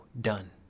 Done